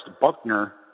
Buckner